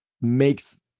makes